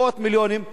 מאות מיליונים,